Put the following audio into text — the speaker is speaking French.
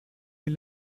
est